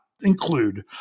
include